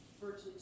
virtually